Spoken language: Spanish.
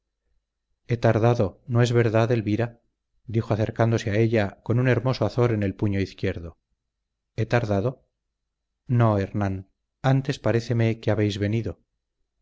he tardado no es verdad elvira dijo acercándose a ella con un hermoso azor en el puño izquierdo he tardado no hernán antes paréceme que habéis venido